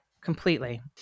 completely